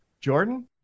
Jordan